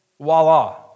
voila